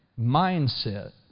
mindset